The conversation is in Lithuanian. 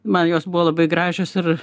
man jos buvo labai gražios ir